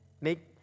make